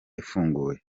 ifunguye